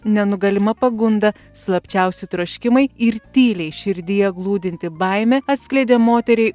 nenugalima pagunda slapčiausi troškimai ir tyliai širdyje glūdinti baimė atskleidė moteriai